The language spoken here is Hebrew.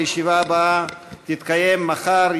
הישיבה הבאה תתקיים מחר,